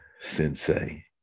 sensei